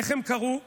איך הם קראו לו?